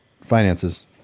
finances